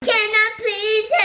can i please yeah